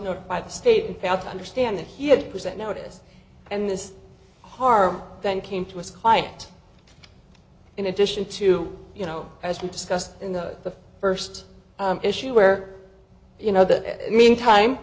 notify the state in fact understand that he had present notice and this harm then came to his client in addition to you know as we discussed in the first issue where you know that you mean time